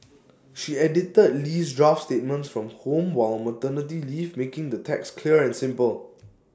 she edited Lee's draft statements from home while on maternity leave making the text clear and simple